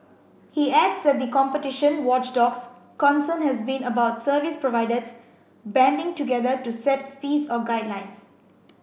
he adds that the competition watchdog's concern has been about service providers banding together to set fees or guidelines